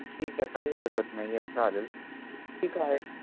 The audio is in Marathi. ठीक आहे काही हरकत नाही आहे चालेल ठीक आहे